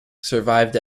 survived